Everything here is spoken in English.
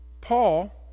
Paul